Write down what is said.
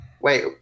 wait